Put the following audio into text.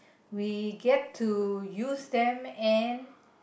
we get to use them and